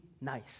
nice